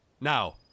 now